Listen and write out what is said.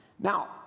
Now